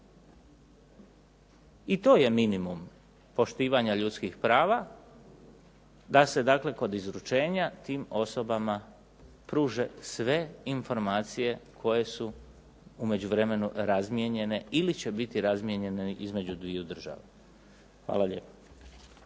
I to je minimum poštivanja ljudskih prava da se dakle kod izručenja tim osobama pruže sve informacije koje su u međuvremenu razmijenjene ili će biti razmijenjene između dviju država. Hvala lijepa.